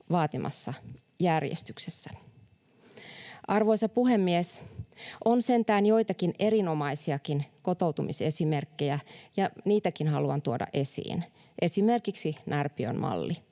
vaatimassa järjestyksessä. Arvoisa puhemies! On sentään joitakin erinomaisiakin kotoutumisesimerkkejä, ja niitäkin haluan tuoda esiin, esimerkiksi Närpiön malli.